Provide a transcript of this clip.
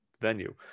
venue